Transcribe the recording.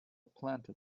planted